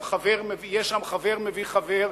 יהיה שם חבר מביא חבר,